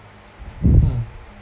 mm